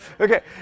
Okay